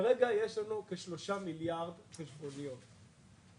כרגע יש לנו כ-3 מיליארד חשבוניות בשנה.